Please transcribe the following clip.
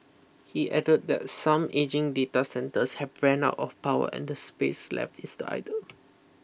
he added that some ageing data centres have ran out of power and the space left is the idle